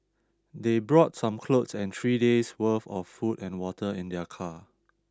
they brought some clothes and three days' worth of food and water in their car